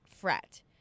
fret